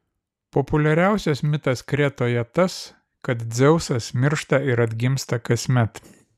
populiariausias mitas kretoje tas kad dzeusas miršta ir atgimsta kasmet